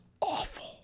awful